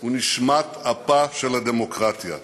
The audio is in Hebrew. הוא נשמת אפה של הדמוקרטיה.